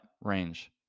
range